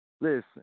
Listen